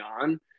on